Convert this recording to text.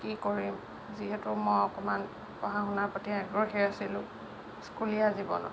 কি কৰিম যিহেতু মই অকমান পঢ়া শুনাৰ প্ৰতি আগ্ৰহী আছিলোঁ স্কুলীয়া জীৱনত